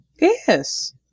Yes